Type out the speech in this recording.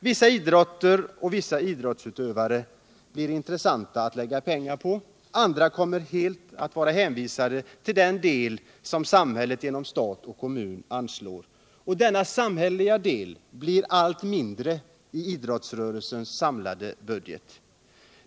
Vissa idrotter och vissa idrottsutövare blir intressanta att lägga ned pengar på, andra kommer att helt vara hänvisade till vad samhället anslår genom stat och kommun. Denna samhälleliga del blir allt mindre i idrottsrörelsens samlade budget.